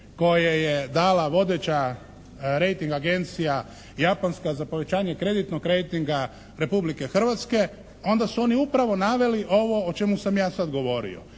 koje je dala vodeća rejting agencija japanska za povećanje kreditnog rejtinga Republike Hrvatske onda su oni upravo naveli ovo o čemu sam ja sad govorio.